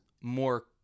more